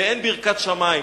ואין ברכת שמים.